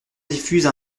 diffuse